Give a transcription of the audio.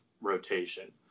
rotation